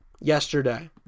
yesterday